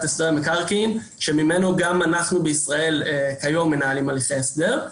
הסדר מקרקעין ממנו גם אנחנו בישראל ממנו היום מנהלים הליכי הסדר.